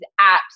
apps